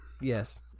Yes